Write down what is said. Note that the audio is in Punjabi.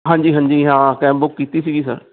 ਹਾਂਜੀ ਹਾਂਜੀ ਹਾਂ ਕੈਬ ਬੁੱਕ ਕੀਤੀ ਸੀਗੀ ਸਰ